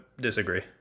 disagree